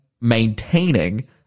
maintaining